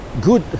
good